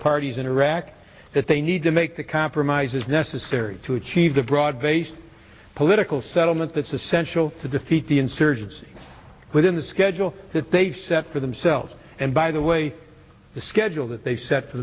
parties in iraq that they need to make the compromises necessary to achieve the broad based political settlement that's essential to defeat the insurgency within the schedule that they set for themselves and by the way the schedule that they set for